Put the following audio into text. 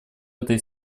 этой